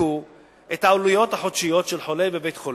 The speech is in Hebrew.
את העלויות החודשיות של חולה בבית-חולים.